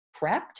prepped